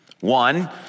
One